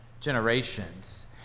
generations